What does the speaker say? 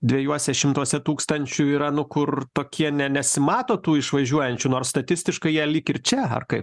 dviejuose šimtuose tūkstančių yra nu kur tokie ne nesimato tų išvažiuojančių nors statistiškai jie lyg ir čia ar kaip